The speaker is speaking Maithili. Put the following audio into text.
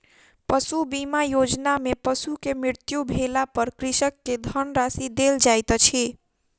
पशु बीमा योजना में पशु के मृत्यु भेला पर कृषक के धनराशि देल जाइत अछि